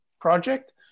project